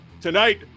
Tonight